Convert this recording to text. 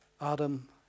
Adam